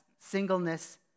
singleness